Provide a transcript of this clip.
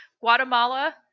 Guatemala